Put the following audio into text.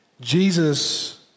Jesus